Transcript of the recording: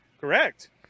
Correct